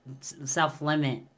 self-limit